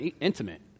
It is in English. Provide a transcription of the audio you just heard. intimate